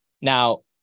Now